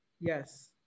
yes